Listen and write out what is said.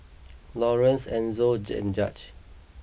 Laurence Enzo and Judge